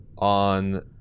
on